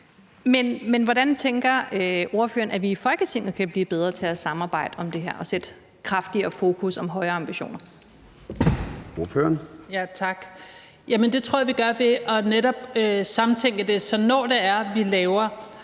Men hvordan tænker ordføreren at vi i Folketinget kan blive bedre til at samarbejde om det her og sætte kraftigere fokus på højere ambitioner? Kl. 21:00 Formanden (Søren Gade): Ordføreren. Kl.